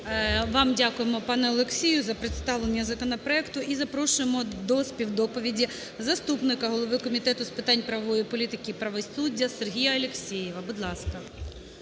Вам дякуємо, пане Олексію, за представлення законопроекту. І запрошуємо до співдоповіді заступника голови Комітету з питань правової політики і правосуддя Сергія Алєксєєва. Будь ласка.